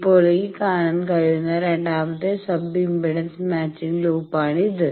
ഇപ്പോൾ ഈ കാണാൻ കഴിയുന്ന രണ്ടാമത്തെ സബ് ഇംപെഡൻസ് മാച്ചിംഗ് ലൂപ്പാണിത്